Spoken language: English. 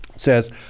says